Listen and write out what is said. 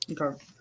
Okay